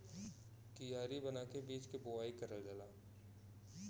कियारी बना के बीज के बोवाई करल जाला